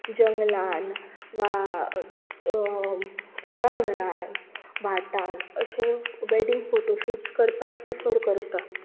but जंगलान वा कुळाघरांत भाटांत अशे वेडिंग फोटोशुट्स करपाक प्रिफर करतात